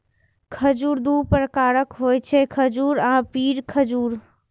खजूर दू प्रकारक होइ छै, खजूर आ पिंड खजूर